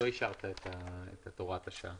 נצביע על הוראת השעה.